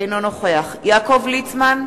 אינו נוכח יעקב ליצמן,